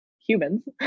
humans